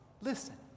listen